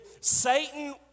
Satan